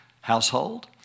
household